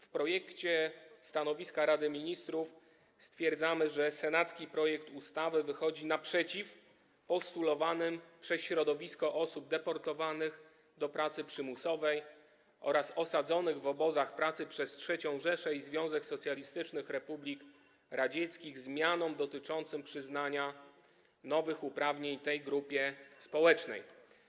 W projekcie stanowiska Rady Ministrów stwierdzamy, że senacki projekt ustawy uwzględnia postulowane przez środowisko osób deportowanych do pracy przymusowej oraz osadzonych w obozach pracy przez III Rzeszę i Związek Socjalistycznych Republik Radzieckich zmiany dotyczące przyznania nowych uprawnień tej grupie społecznej.